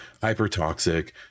hyper-toxic